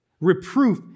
reproof